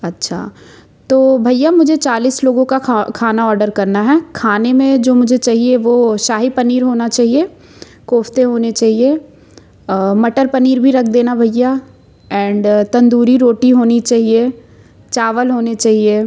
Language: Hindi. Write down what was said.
अच्छा तो भैया मुझे चालीस लोगों का खाना ऑडर करना है खाने में जो मुझे चाहिए वो शाही पनीर होना चाहिए कोफ़्ते होने चाहिए मटर पनीर भी रख देना भैया एंड तंदूरी रोटी होनी चाहिए चावल होने चाहिए